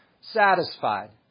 satisfied